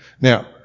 Now